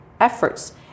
efforts